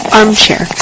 Armchair